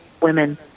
women